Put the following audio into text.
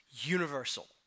universal